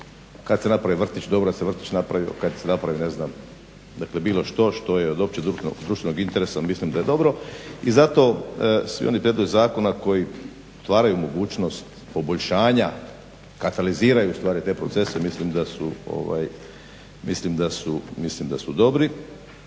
kad se napravi vrtić dobro da se vrtić napravio, kad se napravi bilo što što je od općeg društvenog interesa mislim da je dobro. I zato svi oni prijedlozi zakona koji otvaraju mogućnost poboljšanja kataliziraju ustvari te procese, mislim da su dobri